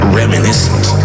reminiscent